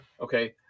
Okay